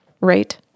right